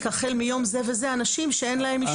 החל מיום זה וזה אנשים שאין להם אישור.